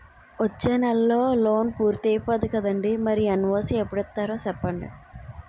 వచ్చేనెలే లోన్ పూర్తయిపోద్ది కదండీ మరి ఎన్.ఓ.సి ఎప్పుడు ఇత్తారో సెప్పండి